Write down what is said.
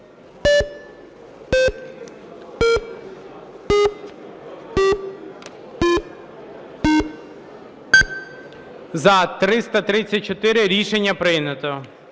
За-334 Рішення прийнято.